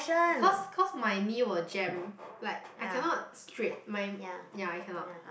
because cause my knee will jam like I cannot straight my ya I cannot